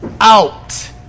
Out